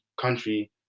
country